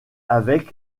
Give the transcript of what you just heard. avec